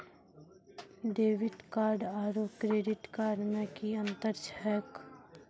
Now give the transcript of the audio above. Debit card आरू credit card मे कि अन्तर छैक?